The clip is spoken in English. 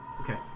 Okay